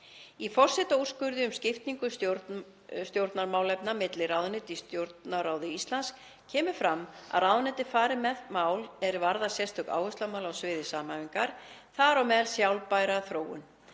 Í forsetaúrskurði um skiptingu stjórnarmálefna milli ráðuneyta í Stjórnarráði Íslands kemur fram að ráðuneytið fari með mál er varða sérstök áherslumál á sviði samhæfingar, þar á meðal sjálfbæra þróun.